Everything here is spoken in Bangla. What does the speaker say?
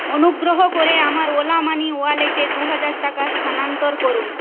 অনুগ্রহ করে আমার ওলা মানি ওয়ালেটে দুহাজার টাকা স্থানান্তর করুন